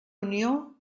unió